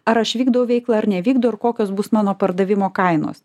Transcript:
ar aš vykdau veiklą ar nevykdau ir kokios bus mano pardavimo kainos